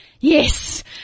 yes